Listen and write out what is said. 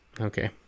okay